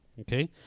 okay